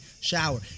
shower